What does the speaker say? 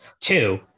Two